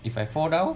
if I follow